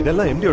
and lion!